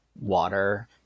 water